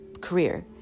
career